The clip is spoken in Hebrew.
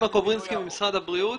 משרד הבריאות.